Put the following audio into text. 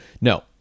No